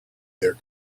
their